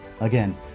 Again